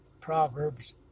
Proverbs